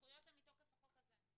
הסמכויות הן מתוקף החוק הזה.